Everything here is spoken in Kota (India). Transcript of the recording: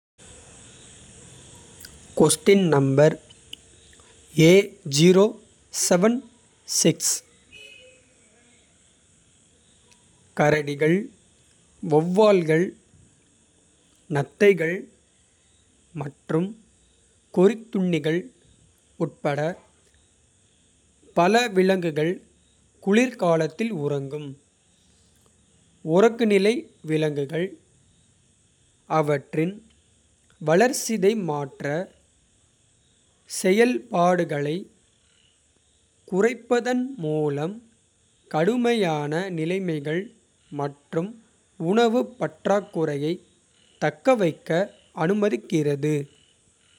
கரடிகள் வெளவால்கள் நத்தைகள் மற்றும். கொறித்துண்ணிகள் உட்பட பல விலங்குகள். குளிர்காலத்தில் உறங்கும் உறக்கநிலை விலங்குகள். அவற்றின் வளர்சிதை மாற்ற செயல்பாடுகளைக். குறைப்பதன் மூலம் கடுமையான நிலைமைகள். மற்றும் உணவுப் பற்றாக்குறையைத் தக்கவைக்க அனுமதிக்கிறது.